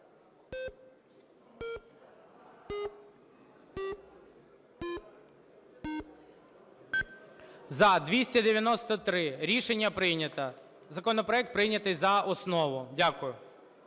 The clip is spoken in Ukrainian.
За-293 Рішення прийнято. Законопроект прийнятий за основу. Дякую.